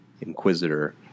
inquisitor